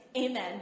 Amen